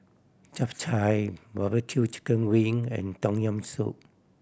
Chap Chai barbecue chicken wing and Tom Yam Soup